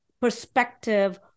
perspective